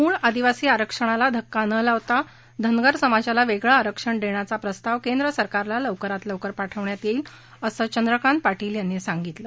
मूळ आदिवासी आरक्षणाला धक्का न लावता धनगर समाजाला वेगळं आरक्षण देण्याचा प्रस्ताव केंद्र सरकारला लवकरात लवकर पाठवण्यात येईल असं चंद्रकांत पाटील यांनी सांगितलं